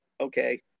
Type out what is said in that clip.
okay